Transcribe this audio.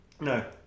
No